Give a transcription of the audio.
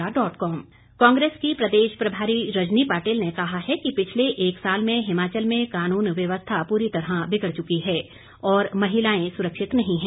रजनी पाटिल कांग्रेस की प्रदेश प्रभारी रजनी पाटिल ने कहा है कि पिछले एक साल में हिमाचल में कानून व्यवस्था पूरी तरह बिगड़ चुकी है और महिला सुरक्षित नही हैं